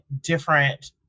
different